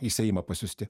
į seimą pasiųsti